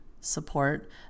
support